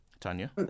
Tanya